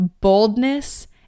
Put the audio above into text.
boldness